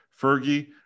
Fergie